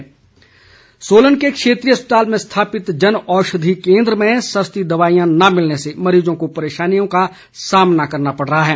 जनऔषधी सोलन के क्षेत्रीय अस्पताल में स्थापित जनऔषधी केंद्र में सस्ती दवाईयां न मिलने से मरीजों को परेशानी का सामना करना पड़ रहा है